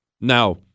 Now